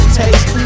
taste